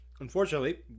Unfortunately